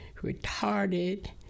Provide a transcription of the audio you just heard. retarded